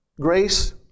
Grace